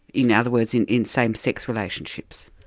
in other words, in in same-sex relationships.